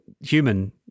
human